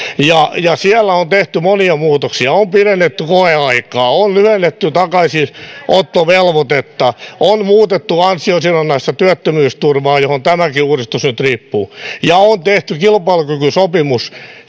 siellä on tehty monia muutoksia on pidennetty koeaikaa on lyhennetty takaisinottovelvoitetta on muutettu ansiosidonnaista työttömyysturvaa johon tämäkin uudistus nyt liittyy ja on tehty kilpailukykysopimus